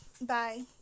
Bye